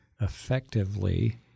effectively